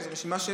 שזה רשימה,